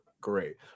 great